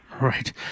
Right